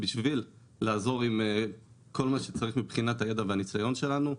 בשביל לעזור עם כל מה שצריך מהידע והניסיון שיש לנו.